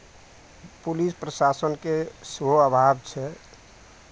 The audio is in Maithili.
पुलिस प्रशासनके सेहो अभाव छै